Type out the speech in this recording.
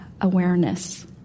awareness